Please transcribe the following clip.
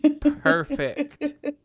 Perfect